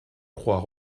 crois